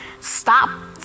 stop